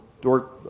Dort